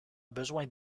besoin